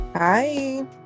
Hi